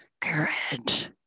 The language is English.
Courage